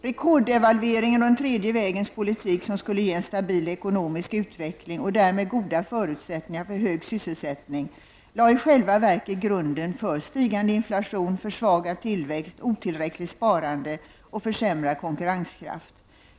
Rekorddevalveringen och den tredje vägens politik, som skulle ge en stabil ekonomisk utveckling och därmed goda förutsättningar för hög sysselsättning, lade i själva verket grunden för stigande inflation, försvagad tillväxt, otillräckligt sparande och försämrad konkurrenskraft.